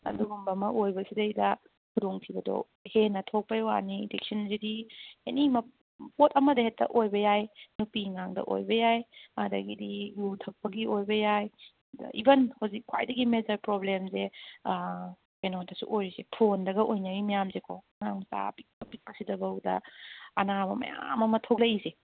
ꯑꯗꯨꯒꯨꯝꯕ ꯑꯃ ꯑꯣꯏꯕꯁꯤꯗꯩꯗ ꯈꯨꯗꯣꯡ ꯊꯤꯕꯗꯣ ꯍꯦꯟꯅ ꯊꯣꯛꯄꯒꯤ ꯋꯥꯅꯤ ꯑꯦꯗꯤꯛꯁꯟꯁꯤꯗꯤ ꯑꯦꯅꯤ ꯄꯣꯠ ꯑꯃꯗ ꯍꯦꯛꯇ ꯑꯣꯏꯕ ꯌꯥꯏ ꯅꯨꯄꯤ ꯑꯉꯥꯡꯗ ꯑꯣꯏꯕ ꯌꯥꯏ ꯑꯗꯒꯤꯗꯤ ꯌꯨ ꯊꯛꯄꯒꯤ ꯑꯣꯏꯕ ꯌꯥꯏ ꯏꯕꯟ ꯍꯧꯖꯤꯛ ꯈ꯭ꯋꯥꯏꯗꯒꯤ ꯃꯦꯖꯔ ꯄ꯭ꯔꯣꯕ꯭ꯂꯦꯝꯁꯦ ꯀꯩꯅꯣꯗꯁꯨ ꯑꯣꯏꯔꯤꯁꯦ ꯐꯣꯟꯗꯒ ꯑꯣꯏꯅꯔꯤ ꯃꯌꯥꯝꯁꯦꯀꯣ ꯑꯉꯥꯡ ꯃꯆꯥ ꯑꯄꯤꯛ ꯑꯄꯤꯛꯄꯁꯤꯗ ꯐꯥꯎꯗ ꯑꯅꯥꯕ ꯃꯌꯥꯝ ꯑꯃ ꯊꯣꯛꯂꯛꯂꯤꯁꯦ